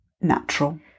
natural